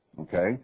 Okay